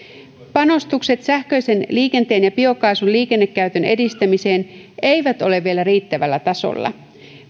panostukset sähköisen liikenteen ja biokaasun liikennekäytön edistämiseen eivät ole vielä riittävällä tasolla